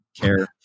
care